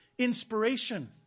inspiration